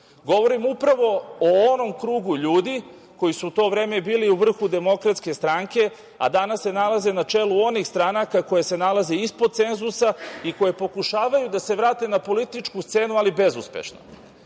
Govorim upravo o onom krugu ljudi koji su u to vreme bili u vrhu DS, a danas se nalaze na čelu onih stranaka koje se nalaze ispod cenzusa i koje pokušavaju da se vrate na političku scenu, ali bezuspešno.